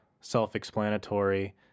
self-explanatory